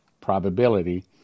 probability